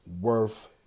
worth